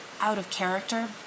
out-of-character